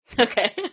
okay